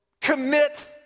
commit